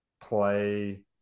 play